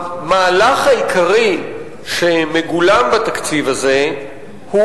המהלך העיקרי שמגולם בתקציב הזה הוא